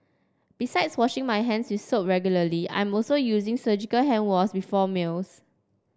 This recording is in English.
besides washing my hands with soap regularly I'm also using surgical hand wash before meals